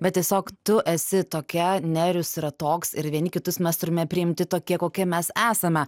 bet tiesiog tu esi tokia nerijus yra toks ir vieni kitus mes turime priimti tokie kokie mes esame